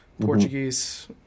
Portuguese